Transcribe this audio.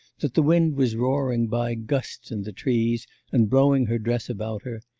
that the wind was roaring by gusts in the trees and blowing her dress about her,